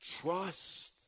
Trust